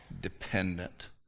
dependent